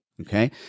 okay